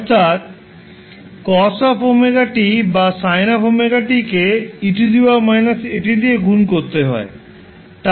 অর্থাৎ cos 𝑤𝑡 বা sin 𝑤𝑡 কে 𝑒−𝑎𝑡 দিয়ে গুণ করতে হয়